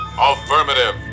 Affirmative